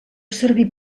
servir